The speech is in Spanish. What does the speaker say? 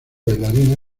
bailarina